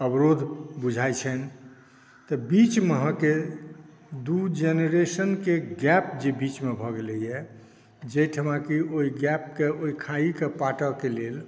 अवरोध बुझाइ छनि तऽ बीचमे अहाँकेॅं दू जेनरेशनके गैप जे बीचमे भऽ गेलै यऽ जाहिठमा की ओहि गैपक ओहि खाईक पाटऽके लेल